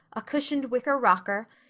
a cushioned wicker rocker,